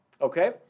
Okay